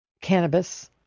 cannabis